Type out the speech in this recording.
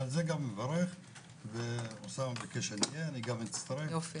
אני מברך גם על זה וחבר הכנסת סעדי ביקש שאגיע ואני אצטרף לישיבות.